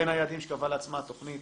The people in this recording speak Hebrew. בין היעדים שקבעה לעצמה התכנית